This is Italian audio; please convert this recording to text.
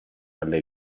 alle